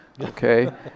Okay